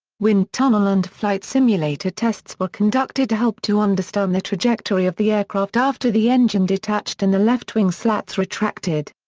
wind tunnel and flight simulator tests were conducted to help to understand the trajectory of the aircraft after the engine detached and the left wing slats retracted.